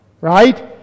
Right